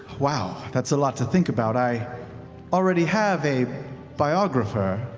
wow, that's a lot to think about, i already have a biographer.